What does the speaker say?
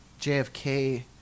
JFK